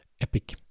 epic